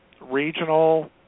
regional